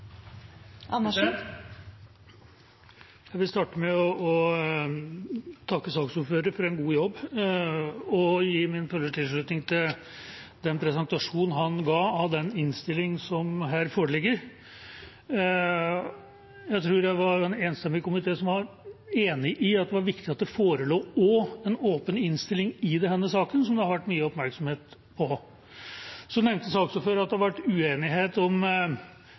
gi min fulle tilslutning til den presentasjonen han ga av innstillingen som foreligger. Jeg tror det var en enstemmig komité som var enig i at det var viktig at det forelå også en åpen innstilling i denne saken, som det har vært mye oppmerksomhet rundt. Så nevnte saksordføreren at det har vært uenighet.